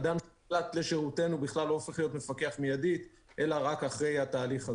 אדם לא הופך להיות מפקח מיידית אלא רק אחרי התהליך הזה.